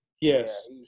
yes